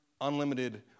unlimited